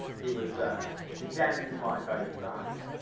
he was condemned by both sides.